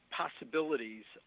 possibilities